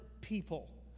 people